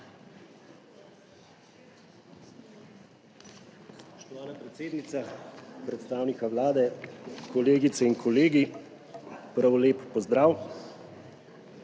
Spoštovana predsednica, predstavnika Vlade, kolegice in kolegi, prav lep pozdrav!